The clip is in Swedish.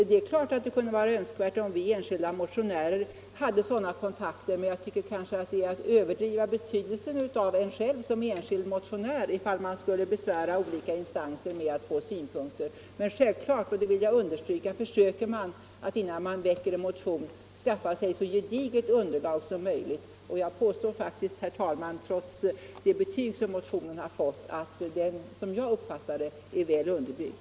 Det är klart att det kunde vara önskvärt om vi enskilda motionärer hade sådana kontakter, men jag tycker att det kanske vore att överdriva betydelsen av en själv som enskild motionär ifall man skulle besvära olika instanser för att få synpunkter. Innan man väcker en motion försöker man självfallet skaffa sig så gediget underlag som möjligt. Och jag påstår faktiskt, herr talman, trots det betyg som motionen har fått, att den — som jag uppfattar det — är väl underbyggd.